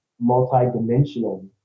multi-dimensional